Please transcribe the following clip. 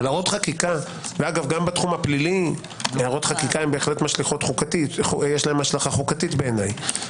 וגם בתחום הפלילי הערות חקיקה יש להן השלכה חוקתית בעיניי.